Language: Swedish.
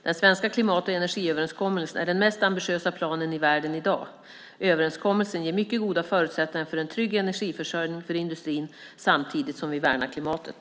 Den svenska klimat och energiöverenskommelsen är den mest ambitiösa planen i världen i dag. Överenskommelsen ger mycket goda förutsättningar för en trygg energiförsörjning för industrin samtidigt som vi värnar klimatet.